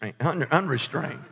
unrestrained